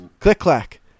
Click-clack